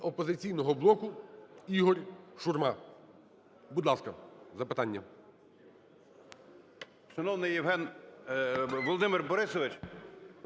"Опозиційного блоку" ІгорШурма. Будь ласка, запитання.